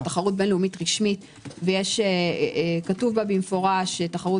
תחרות בין-לאומית רשמית וכתוב בה במפורש שתחרות